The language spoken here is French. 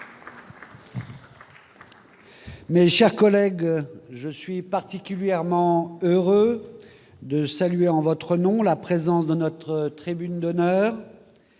Mes chers collègues, je suis particulièrement heureux de saluer, en votre nom, la présence dans notre tribune d'honneur